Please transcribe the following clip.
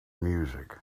music